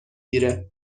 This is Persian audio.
گیره